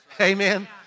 Amen